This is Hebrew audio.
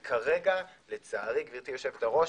וכרגע לצערי גברתי יושבת הראש,